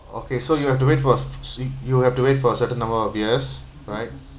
okay so you have to wait for a see you have to wait for a certain number of years right